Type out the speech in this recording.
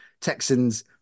Texans